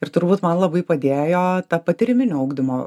ir turbūt man labai padėjo ta patyriminio ugdymo